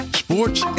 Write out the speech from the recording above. sports